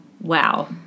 Wow